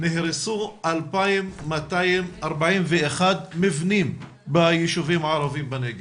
נהרסו 2,241 מבנים בישובים הערבים בנגב,